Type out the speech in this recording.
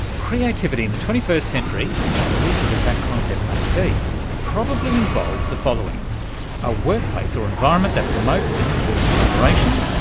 creativity in the twenty first century, as elusive as that concept may be, probably involves the following a workplace or environment that promotes and supports collaboration,